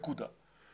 נקודה.